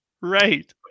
right